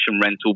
rental